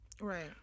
Right